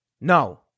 No